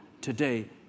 today